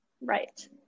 Right